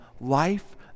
life